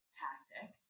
tactic